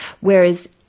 whereas